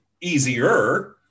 easier